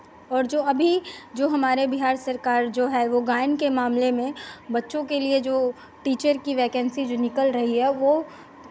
और जो अभी जो हमारे बिहार सरकार जो है वो गायन के मामले में बच्चों के लिए जो टीचर की वैकेन्सी जो निकल रही है वो